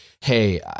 hey